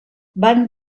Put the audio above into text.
van